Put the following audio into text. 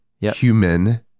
human